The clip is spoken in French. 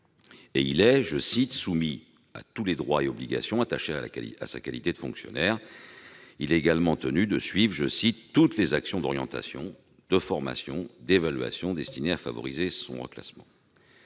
de gestion. Il est soumis « à tous les droits et obligations attachés à sa qualité de fonctionnaire » et tenu de suivre « toutes les actions d'orientation, de formation et d'évaluation destinées à favoriser son reclassement